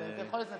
אתה יכול להתנצל